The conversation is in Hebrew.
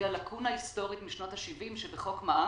בגלל לקונה היסטורית משנות ה-70 שבחוק מע"מ.